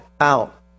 out